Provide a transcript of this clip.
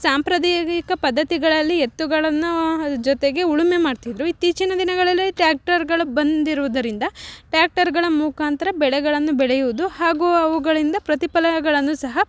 ಸಾಂಪ್ರದಾಯಿಕ ಪದ್ಧತಿಗಳಲ್ಲಿ ಎತ್ತುಗಳನ್ನೂ ಅಲ್ಲಿ ಜೊತೆಗೆ ಉಳುಮೆ ಮಾಡ್ತಿದ್ದರು ಇತ್ತೀಚಿನ ದಿನಗಳಲ್ಲಿ ಟ್ಯಾಕ್ಟರ್ಗಳು ಬಂದಿರುವುದರಿಂದ ಟ್ಯಾಕ್ಟರ್ಗಳ ಮುಖಾಂತರ ಬೆಳೆಗಳನ್ನು ಬೆಳೆಯುವುದು ಹಾಗೂ ಅವುಗಳಿಂದ ಪ್ರತಿಫಲಗಳನ್ನು ಸಹ